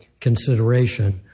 consideration